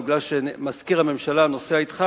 אבל מכיוון שמזכיר הממשלה נוסע אתך,